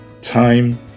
time